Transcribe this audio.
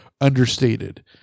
understated